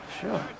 sure